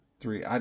three